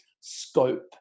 scope